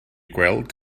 gweld